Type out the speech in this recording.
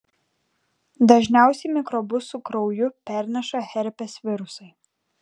dažniausiai mikrobus su krauju perneša herpes virusai